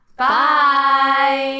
Bye